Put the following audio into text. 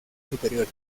superiores